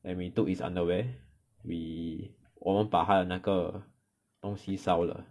and we took his underwear we 我们把他的那个东西烧了